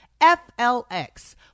flx